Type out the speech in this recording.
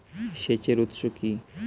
সেচের উৎস কি?